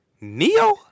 Neo